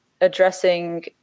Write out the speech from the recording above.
addressing